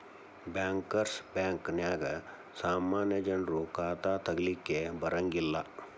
bankers ಬ್ಯಾಂಕ ನ್ಯಾಗ ಸಾಮಾನ್ಯ ಜನ್ರು ಖಾತಾ ತಗಿಲಿಕ್ಕೆ ಬರಂಗಿಲ್ಲಾ